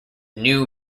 new